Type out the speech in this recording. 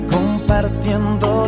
Compartiendo